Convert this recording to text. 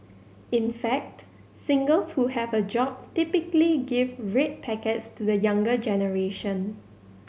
in fact singles who have a job typically give red packets to the younger generation